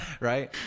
right